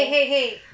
eh eh eh